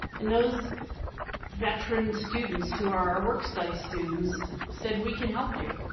and those veteran students who are our work study students said we can help you.